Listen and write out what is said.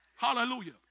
Hallelujah